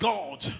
God